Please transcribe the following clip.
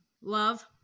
love